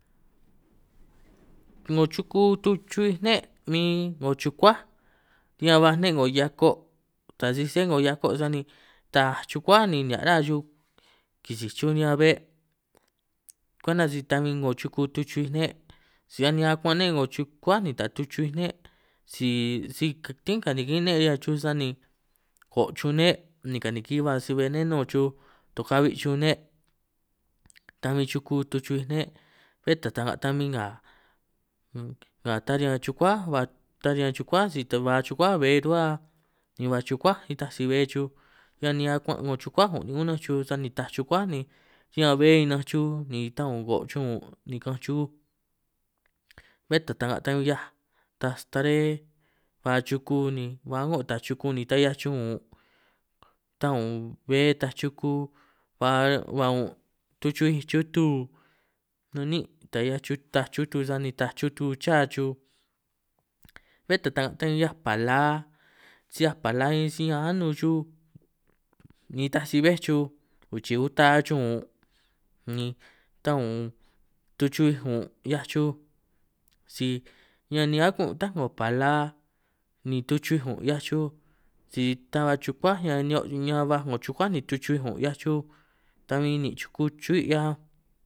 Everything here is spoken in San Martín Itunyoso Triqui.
'Ngo chuku tuchu'ij ne' min 'ngo chukuáj, ñan baj ne' 'ngo hiako' ta sisi sé 'ngo hiako' sani taaj chukuáj ni nihia' ruhua xuj kisij xuj riñan be', kwenta si ta huin 'ngo chuku tuchu'huij ne' si a niin akuan' ne' 'ngo chukuá ni ta tuchui'ij ne', si si tín kanikin' ne' riñan chuj sani go' chuj ne' ni kaniki ba si benenunj chuj tukahuij chuj ne', ta bin chuku tuchui'ij ne' bé ta ta'nga ta min nga nga ta riñan chukuáj ba ta riñan chukuáj si ta ba chukuáj bbe ruhua, ni ba chukuáj nitaj si bbe chuj ñan niin' akuan' 'ngo chukuáj un' ni unanj chuj sani taaj chukuáj ni ñan be ninanj chuj ni ta ungo' chuj un' ni kaanj chuj, bé ta ta'nga ta min 'hiaj taaj staré ba chuku ni ba a'ngo taaj chuku ni ta 'hiaj chuj un', ta un' bé taaj chuku ba ba un' tuchi'huij chutu, nun niin' taj hia'aj taaj chutu sani taaj chutu chaj chuj, bé ta ta'nga' ta 'hiaj pala, si 'hia pala min si anun xuj ni nitaj si bbéj chuj 'ngo chii uta chuj ñun', ni ta un tuchu'huij un' 'hiaj chuj si ñan nii akun' ta 'ngo pala ni tuchi'huij un' 'hiaj chuj, si ta ba chukuáj ñan niio' ñan baj 'ngo chukuáj ni tuchu'huij un' 'hiaj chuj ta min nin' chuku chu'huí' 'hia.